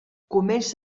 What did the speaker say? començà